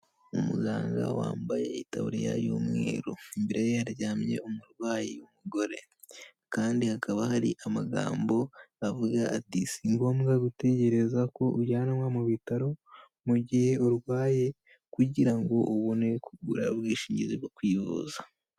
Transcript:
Umuganga wambaye itaburiya y'umweru, imbere ye haryamye umurwayi w'umugore, kandi hakaba hari amagambo avuga ati, si ngombwa gutegereza ko ujyanwa mu bitaro mu gihe urwaye, kugira ngo ubone kugura ubwishingizi bwo kwivuza.